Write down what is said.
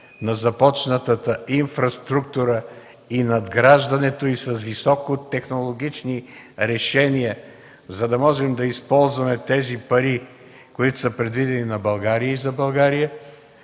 на започнатата инфраструктура и надграждането й с високотехнологични решения, за да можем да използваме тези пари, които са предвидени на България и за България